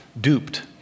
duped